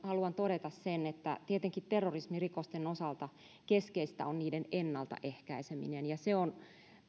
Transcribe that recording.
haluan todeta sen että tietenkin terrorismirikosten osalta keskeistä on niiden ennalta ehkäiseminen ja se on